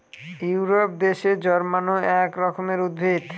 Europe দেশে জন্মানো এক রকমের উদ্ভিদ